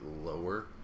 lower